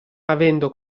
avendo